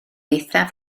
eithaf